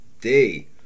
day